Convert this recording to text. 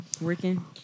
Working